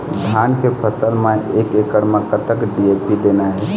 धान के फसल म एक एकड़ म कतक डी.ए.पी देना ये?